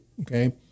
okay